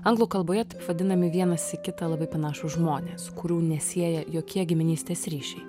anglų kalboje vadinami vienas į kitą labai panašūs žmonės kurių nesieja jokie giminystės ryšiai